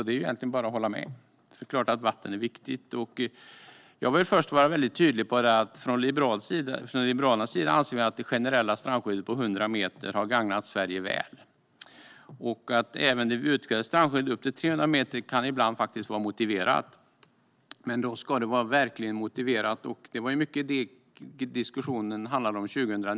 Det är bara att hålla med; det är klart att vatten är viktigt. Jag vill vara tydlig med att vi i Liberalerna anser att det generella strandskyddet på 100 meter har gagnat Sverige. Även det utökade strandskyddet på upp till 300 meter kan ibland vara motiverat, men då ska det verkligen finnas skäl. Situationen 2009 handlade mycket om detta.